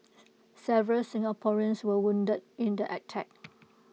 several Singaporeans were wounded in the attack